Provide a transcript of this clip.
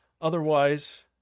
Otherwise